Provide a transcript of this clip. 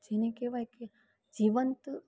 જેને કહેવાય કે જીવંત